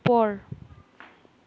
ওপৰ